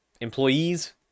employees